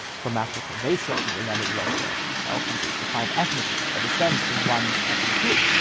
from africa, they certainly will never belong to our country. our country is defined ethnically, by descent from one ethnic group.